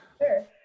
sure